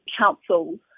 councils